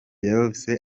vyose